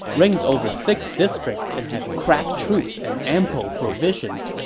reigns over six districts and has crack troops and ample provisions,